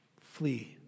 Flee